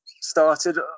started